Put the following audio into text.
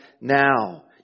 now